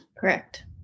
Correct